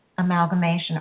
amalgamation